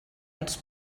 els